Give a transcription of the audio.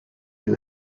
you